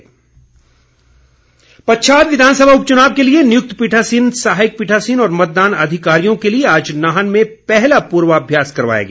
पूर्वाभ्यास पच्छाद विधानसभा उपच्चनाव के लिए नियुक्त पीठासीन सहायक पीठासीन और मतदान अधिकारियों के लिए आज नाहन में पहला पूर्वाभ्यास करवाया गया